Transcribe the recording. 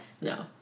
no